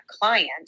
client